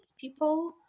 people